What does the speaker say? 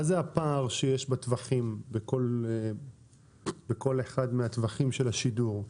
מה זה הפער שיש בכל אחד מהטווחים של השידור?